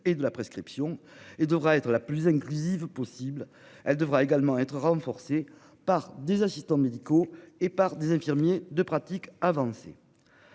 et de la prescription et devra être la plus inclusive possible. Elle devra également être renforcées par des assistants médicaux et par des infirmiers de pratique avancée.